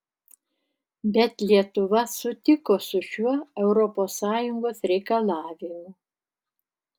bet lietuva sutiko su šiuo europos sąjungos reikalavimu